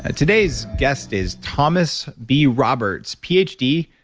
ah today's guest is thomas b. roberts, ph d,